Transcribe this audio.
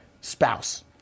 spouse